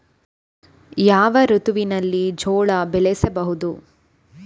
ಯಾವ ಋತುವಿನಲ್ಲಿ ಜೋಳ ಬೆಳೆಸಬಹುದು?